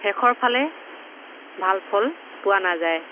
শেষৰ ফালে ভাল ফল পোৱা নাযায়